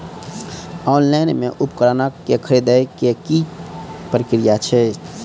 Online मे उपकरण केँ खरीदय केँ की प्रक्रिया छै?